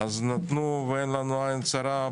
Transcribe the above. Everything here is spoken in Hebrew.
ואין לנו עין צרה.